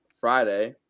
Friday